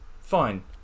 fine